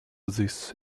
this